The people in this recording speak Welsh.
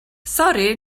sori